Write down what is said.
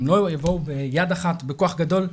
אם לא יבואו ביד אחת בכוח גדול,